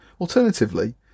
Alternatively